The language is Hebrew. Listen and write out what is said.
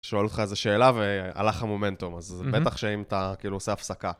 שואל אותך איזה שאלה, והלך המומנטום, אז בטח שאם אתה כאילו עושה הפסקה.